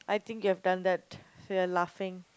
I think you have done that so you're laughing